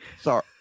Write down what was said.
Sorry